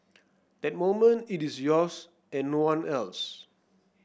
that moment it is yours and no one else